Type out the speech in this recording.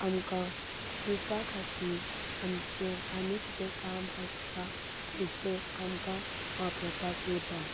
आमकां पिवपा खातीर आमचें आनी किदें काम आसतां थंयसर आमकां वापरपाक येता